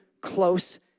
close